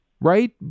right